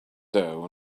dough